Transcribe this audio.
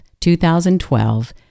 2012